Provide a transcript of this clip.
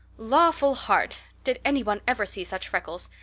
lawful heart, did any one ever see such freckles?